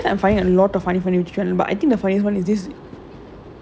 is this ah what is that this new YouTube channel I found